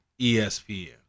ESPN